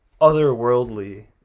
otherworldly